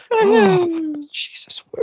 Jesus